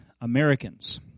Americans